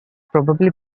probably